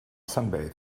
sunbathe